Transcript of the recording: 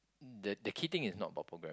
the the key thing is not about programming